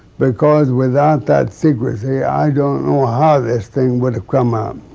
because without that secrecy i don't know how this thing would have come um